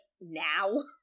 now